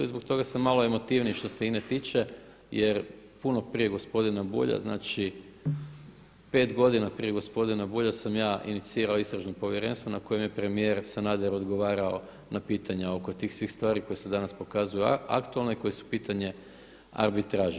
I zbog toga sam malo emotivniji što se INA-e tiče jer puno prije gospodina Bulja, znači 5 godina prije gospodina Bulja sam ja inicirao istražno povjerenstvo na kojem je premijer Sanader odgovarao na pitanja oko tih svih stvari koje se danas pokazuju aktualne i koja su pitanje arbitraže.